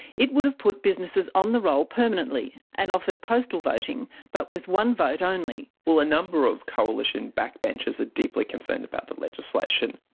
it would have put businesses on the roll permanently, and offered postal voting, but with one vote only. well, a number of coalition backbenchers are deeply concerned about the legislation.